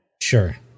Sure